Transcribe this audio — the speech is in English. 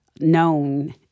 known